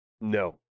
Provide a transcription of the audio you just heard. No